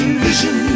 vision